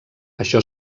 això